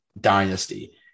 dynasty